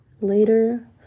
later